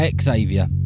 Xavier